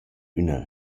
üna